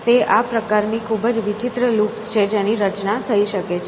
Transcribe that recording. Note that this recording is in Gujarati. તે આ પ્રકારની ખૂબ જ વિચિત્ર લૂપ્સ છે જેની રચના થઈ શકે છે